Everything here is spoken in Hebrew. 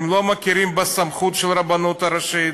הם לא מכירים בסמכות של הרבנות הראשית,